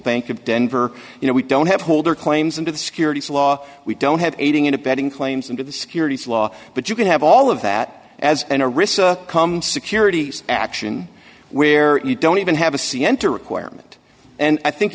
bank of denver you know we don't have holder claims into the securities law we don't have aiding and abetting claims into the securities law but you can have all of that as an a risk security action where you don't even have a c enter requirement and i think